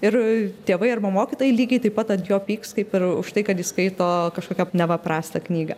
ir tėvai arba mokytojai lygiai taip pat ant jo pyks kaip ir už tai kad jis skaito kažkokią neva prastą knygą